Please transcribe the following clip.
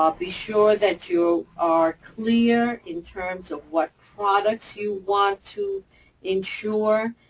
ah be sure that you are clear in terms of what products you want to insure.